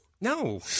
No